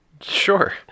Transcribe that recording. Sure